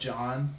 John